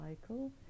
cycle